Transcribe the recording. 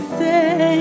say